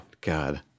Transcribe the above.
God